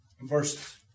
verse